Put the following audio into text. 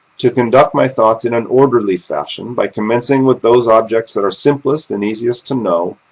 to conduct my thoughts in an orderly fashion, by commencing with those objects that are simplest and easiest to know,